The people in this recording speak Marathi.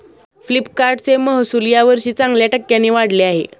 फ्लिपकार्टचे महसुल यावर्षी चांगल्या टक्क्यांनी वाढले आहे